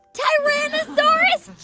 tyrannosaurus